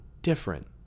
different